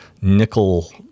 nickel